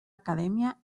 academia